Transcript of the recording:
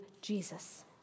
Jesus